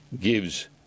gives